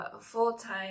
full-time